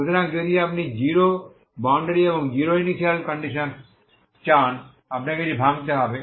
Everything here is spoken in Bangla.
সুতরাং যদি আপনি জিরো বাউন্ডারি এবং জিরো ইনিশিয়াল কন্ডিশনস চান আপনাকে এটি ভাঙ্গতে হবে